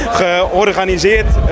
georganiseerd